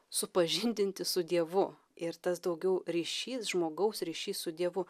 supažindinti su dievu ir tas daugiau ryšys žmogaus ryšys su dievu